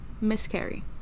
miscarry